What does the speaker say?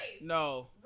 No